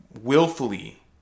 willfully